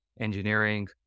engineering